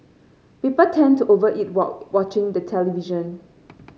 people tend to over eat while watching the television